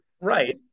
right